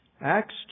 Acts